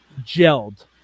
gelled